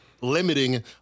limiting